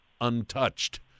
untouched